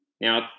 Now